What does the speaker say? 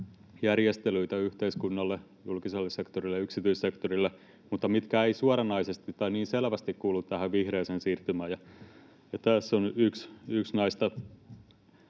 järjestelyitä yhteiskunnalle, julkiselle sektorille ja yksityissektorille — mutta mitkä eivät suoranaisesti tai niin selvästi kuulu tähän vihreään siirtymään. Ja tässä on yksi